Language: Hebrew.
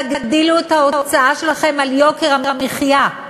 תגדילו את ההוצאה שלכם על יוקר המחיה.